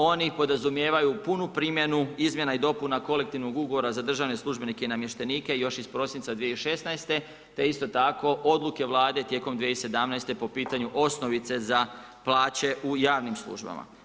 Oni podrazumijevaju punu primjenu izmjena i dopuna Kolektivnog ugovora za državne službenike i namještenike još iz prosinca 2016. te isto tako odluke Vlade tijekom 2017. po pitanju osnovice za plaće u javnim službama.